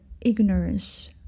ignorance